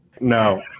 No